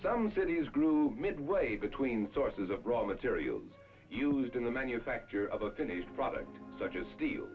some cities grew midway between sources of raw materials used in the manufacture of a finished product such as steel